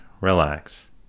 relax